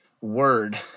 word